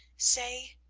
say,